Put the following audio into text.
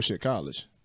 college